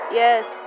yes